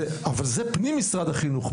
אבל זה פנים משרד החינוך.